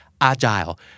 agile